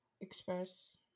Express